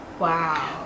wow